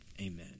Amen